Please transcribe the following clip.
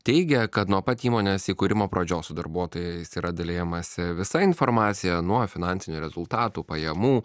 teigia kad nuo pat įmonės įkūrimo pradžios su darbuotojais yra dalijamasi visa informacija nuo finansinių rezultatų pajamų